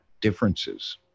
differences